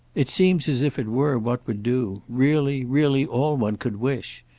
it seems as if it were what would do really, really all one could wish.